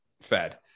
fed